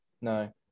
No